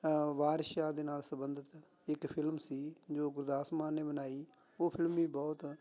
ਵਾਰਸ ਸ਼ਾਹ ਦੇ ਨਾਲ ਸੰਬੰਧਿਤ ਇੱਕ ਫਿਲਮ ਸੀ ਜੋ ਗੁਰਦਾਸ ਮਾਨ ਨੇ ਬਣਾਈ ਉਹ ਫਿਲਮੀ ਵੀ ਬਹੁਤ